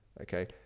Okay